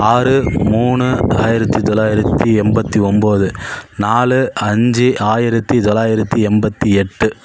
ஆறு மூணு ஆயிரத்தி தொள்ளாயிரத்தி எண்பத்தி ஒன்போது நாலு அஞ்சு ஆயிரத்தி தொள்ளாயிரத்தி எண்பத்தி எட்டு